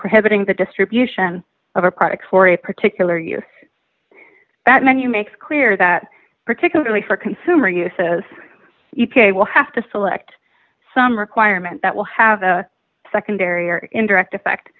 prohibiting the distribution of our products for a particular use that menu makes clear that particularly for consumer uses e p a will have to select some requirement that will have a secondary or indirect effect